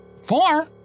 Four